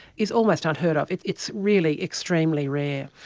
is almost unheard of. it's it's really extremely rare.